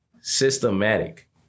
systematic